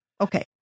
Okay